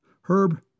Herb